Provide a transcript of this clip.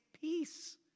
peace